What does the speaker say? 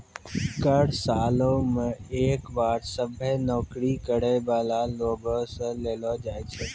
कर सालो मे एक बार सभ्भे नौकरी करै बाला लोगो से लेलो जाय छै